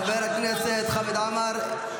חבר הכנסת חמד עמאר,